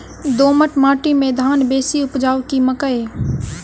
दोमट माटि मे धान बेसी उपजाउ की मकई?